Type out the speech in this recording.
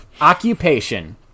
Occupation